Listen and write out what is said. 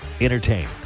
Entertain